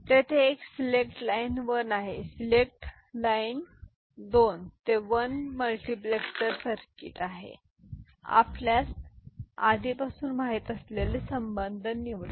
तर तेथे एक सिलेक्ट लाईन 1 आहे सिलेक्ट डिझाईन 2 ते 1 मल्टिप्लेसर सर्किट आणि आपल्यास आधीपासून माहित असलेले संबंध निवडा